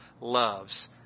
loves